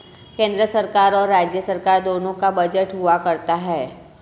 केन्द्र सरकार और राज्य सरकार दोनों का बजट हुआ करता है